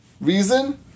reason